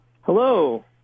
hello